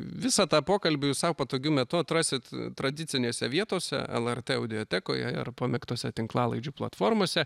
visą tą pokalbį jūs sau patogiu metu atrasit tradicinėse vietose lrt audiotekoje ir pamėgtose tinklalaidžių platformose